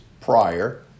prior